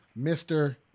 Mr